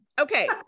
Okay